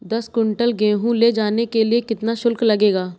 दस कुंटल गेहूँ ले जाने के लिए कितना शुल्क लगेगा?